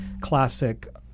classic